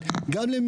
גם לפסולת בניין,